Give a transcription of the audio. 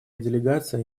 делегация